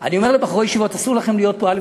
אני אומר לבחורי ישיבות: אסור לכם להיות פה, א.